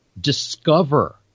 discover